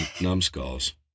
numbskulls